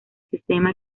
sistema